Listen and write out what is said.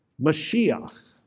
Mashiach